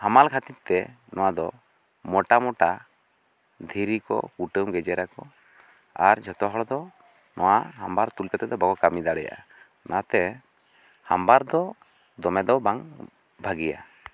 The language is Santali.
ᱦᱟᱢᱟᱞ ᱠᱷᱟᱹᱛᱤᱨ ᱛᱮ ᱱᱚᱣᱟ ᱫᱚ ᱢᱚᱴᱟ ᱢᱚᱴᱟ ᱫᱷᱤᱨᱤ ᱠᱚ ᱠᱩᱴᱟᱹᱢ ᱜᱮᱡᱮᱨᱟ ᱠᱚ ᱟᱨ ᱡᱚᱛᱚ ᱦᱚᱲ ᱫᱚ ᱱᱚᱣᱟ ᱦᱟᱢᱟᱨ ᱛᱩᱞ ᱠᱟᱛᱮᱜ ᱫᱚ ᱵᱟᱝ ᱠᱚ ᱠᱟᱹᱢᱤ ᱫᱟᱲᱮᱭᱟᱜᱼᱟ ᱚᱱᱟᱛᱮ ᱦᱟᱢᱟᱨ ᱫᱚ ᱫᱚᱢᱮ ᱫᱚ ᱵᱟᱝ ᱵᱷᱟᱹᱜᱤᱭᱟ